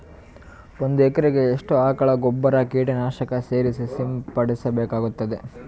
ಒಂದು ಎಕರೆಗೆ ಎಷ್ಟು ಆಕಳ ಗೊಬ್ಬರ ಕೀಟನಾಶಕ ಸೇರಿಸಿ ಸಿಂಪಡಸಬೇಕಾಗತದಾ?